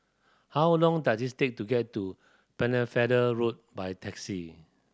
how long does it take to get to Pennefather Road by taxi